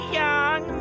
young